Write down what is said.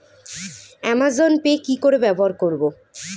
Amazon Pay কি করে ব্যবহার করব?